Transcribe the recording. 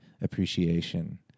appreciation